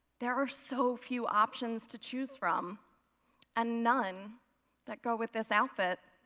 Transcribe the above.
there are so few options to choose from and none that go with this outfit.